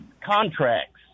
Contracts